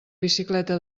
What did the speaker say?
bicicleta